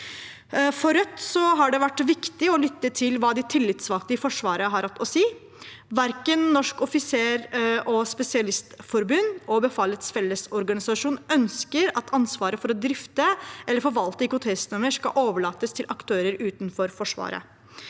For Rødt har det vært viktig å lytte til hva de tillitsvalgte i Forsvaret har hatt å si. Verken Norges offisers- og spesialistforbund eller Befalets Fellesorganisasjon ønsker at ansvaret for å drifte eller forvalte IKT-systemer skal overlates til aktører utenfor Forsvaret.